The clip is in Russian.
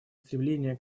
стремление